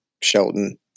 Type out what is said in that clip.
Shelton